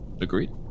Agreed